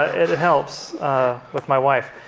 and it helps with my wife.